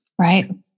Right